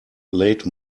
late